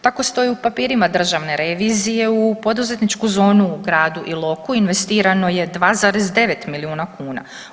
Tako stoji u papirima Državne revizije u poduzetničku zonu u gradu Iloku investirano je 2,9 milijuna kuna.